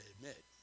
admit